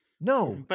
no